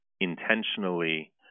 intentionally